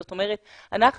זאת אומרת אנחנו,